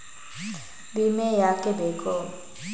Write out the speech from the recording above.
ವಿಮೆ ಯಾಕೆ ಬೇಕು?